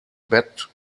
bat